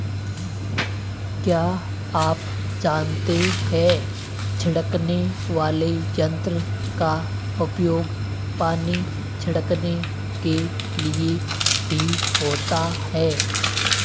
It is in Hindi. क्या आप जानते है छिड़कने वाले यंत्र का उपयोग पानी छिड़कने के लिए भी होता है?